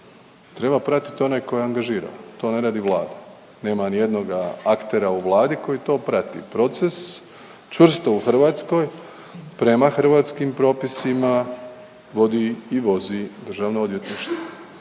treba pratit onaj ko je angažirao, to ne radi Vlada, nema nijednoga aktera u Vladi koji to prati. Proces čvrsto u Hrvatskoj prema hrvatskim propisima vodi i vozi Državno odvjetništvo